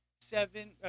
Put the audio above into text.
seven